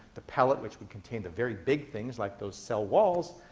the pellet, which would contain the very big things, like those cell walls,